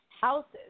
houses